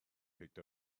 picked